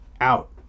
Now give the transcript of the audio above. out